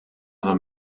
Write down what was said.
other